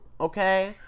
okay